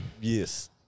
Yes